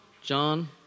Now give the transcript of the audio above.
John